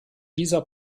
dieser